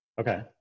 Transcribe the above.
Okay